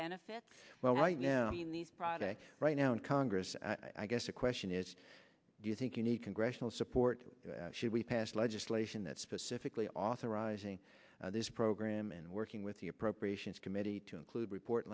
benefits well right now in these products right now in congress i guess the question is do you think you need congressional support should we pass legislation that specifically authorizing this program and working with the appropriations committee to include report